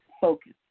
focus